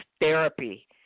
therapy